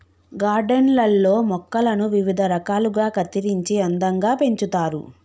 garden లల్లో మొక్కలను వివిధ రకాలుగా కత్తిరించి అందంగా పెంచుతారు